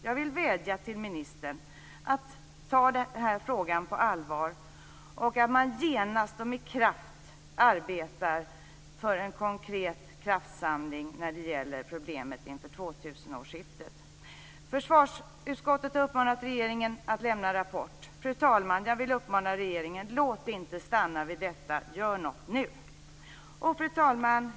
Jag vill vädja till ministern att han tar den här frågan på allvar och genast och med kraft arbetar för en konkret kraftsamling när det gäller problemet inför 2000-årsskiftet. Försvarsutskottet har uppmanat regeringen att lämna en rapport. Fru talman! Jag vill uppmana regeringen: Låt det inte stanna vid detta. Gör någonting nu! Fru talman!